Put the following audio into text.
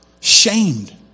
Shamed